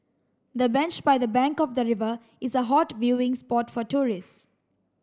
the bench by the bank of the river is a hot viewing spot for tourists